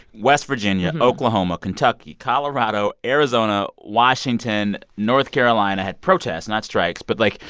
west virginia, oklahoma, kentucky, colorado, arizona, washington, north carolina had protests not strikes. but, like.